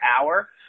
hour